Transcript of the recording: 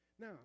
now